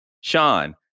Sean